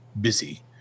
busy